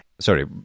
Sorry